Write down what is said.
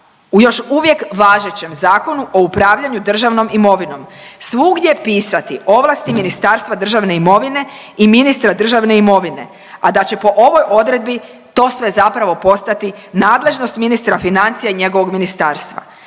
u još uvijek važećem Zakonu o upravljanju državnom imovinom svugdje pisati ovlasti Ministarstva državne imovine i ministra državne imovine, a da će po ovoj odredbi to sve zapravo postati nadležnost ministra financija i njegovog ministarstva.